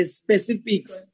specifics